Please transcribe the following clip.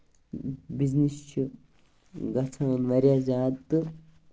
business چھُ گژھان واریاہ زیادٕ تہٕ